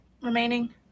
remaining